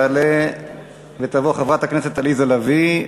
תעלה ותבוא חברת הכנסת עליזה לביא,